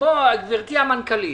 גברתי המנכ"לית,